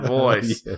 voice